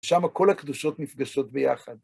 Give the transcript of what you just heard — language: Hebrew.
שם כל הקדושות נפגשות ביחד.